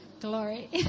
Glory